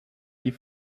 die